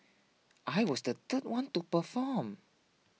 I was the third one to perform